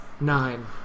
Nine